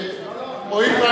אדוני היושב-ראש,